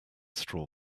straw